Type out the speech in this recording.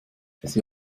sie